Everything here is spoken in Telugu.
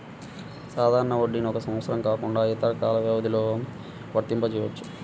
సాధారణ వడ్డీని ఒక సంవత్సరం కాకుండా ఇతర కాల వ్యవధిలో వర్తింపజెయ్యొచ్చు